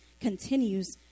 continues